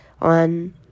on